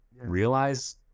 realize